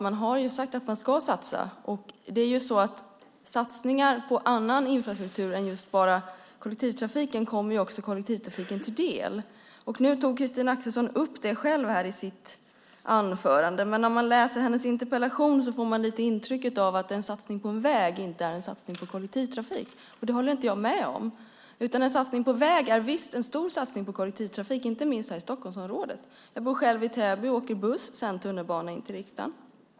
Man har ju sagt att man ska satsa, och satsningar på annan infrastruktur än kollektivtrafik kommer också kollektivtrafiken till del. Nu tog Christina Axelsson själv upp detta i sitt anförande, men när man läser hennes interpellation får man lite grann intrycket att en satsning på en väg inte är en satsning på kollektivtrafik. Det håller inte jag med om. En satsning på väg är visst en stor satsning på kollektivtrafik, inte minst här i Stockholmsområdet. Jag bor själv i Täby och åker först buss och sedan tunnelbana in till riksdagen.